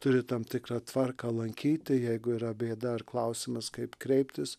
turi tam tikrą tvarką lankyti jeigu yra bėda ar klausimas kaip kreiptis